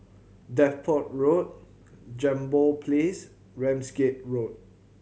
Deptford Road Jambol Place Ramsgate Road